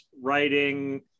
writing